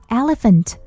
elephant